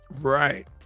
Right